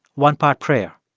one part prayer.